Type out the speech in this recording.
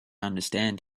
understand